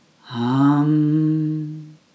hum